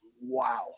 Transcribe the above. wow